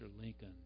Lincoln